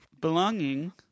Belonging